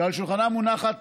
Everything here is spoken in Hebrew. שעל שולחנה מונחות